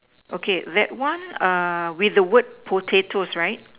okay that one err with the word potatoes right